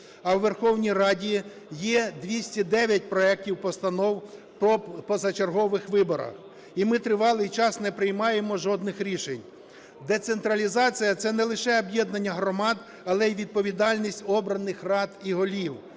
А у Верховній Раді є 209 проектів постанов про позачергові вибори, і ми тривалий час не приймаємо жодних рішень. Децентралізація – це не лише об'єднання громад, але і відповідальність обраних рад і голів.